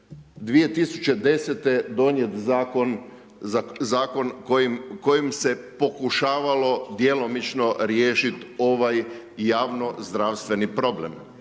2010.-te donijet Zakon kojim se pokušavalo djelomično riješiti ovaj javno zdravstveni problem.